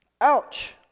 Ouch